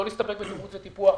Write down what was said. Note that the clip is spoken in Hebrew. שלא להסתפק בתמרוץ וטיפוח.